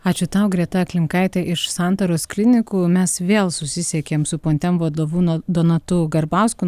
ačiū tau greta klimkaitė iš santaros klinikų mes vėl susisiekėm su pontem vadovu no donatu garbausku